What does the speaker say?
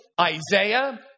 Isaiah